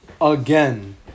again